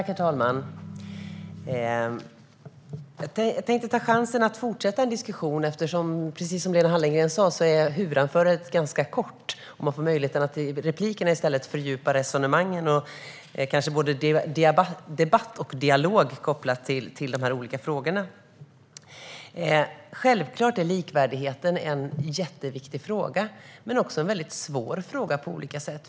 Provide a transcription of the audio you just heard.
Herr talman! Jag tänkte ta chansen att fortsätta en diskussion, eftersom huvudanförandet, precis som Lena Hallengren sa, är ganska kort. I stället får man möjlighet att fördjupa resonemangen i replikerna med både debatt och dialog kopplat till de olika frågorna. Självklart är likvärdigheten en jätteviktig fråga, men det är också en väldigt svår fråga på olika sätt.